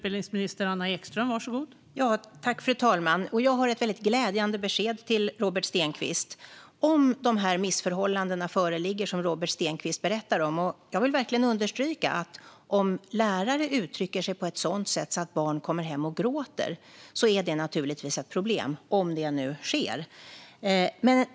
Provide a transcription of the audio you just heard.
Fru talman! Jag har ett väldigt glädjande besked till Robert Stenkvist. Robert Stenkvist berättar om lärare som uttrycker sig på ett sådant sätt att barn kommer hem och gråter. Om detta sker, om de här missförhållandena föreligger, vill jag verkligen understryka att det naturligtvis är ett problem.